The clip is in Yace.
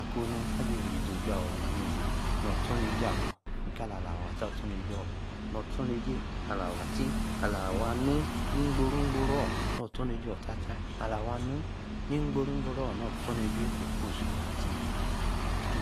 Akonu- abi rei-izi ojuar-awan nizi-nustonijay amee, ni kala-swor, attor, tot ustonijay, ala-awor affi ni gboro- bomo, oto nigboro, Ostatea, alá awo anu-ni gboro-boro, mitomniday, uttatar,